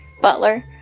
Butler